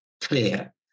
clear